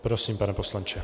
Prosím, pane poslanče.